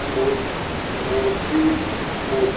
ਮੂ ਮੂਰਤੀ ਮੁ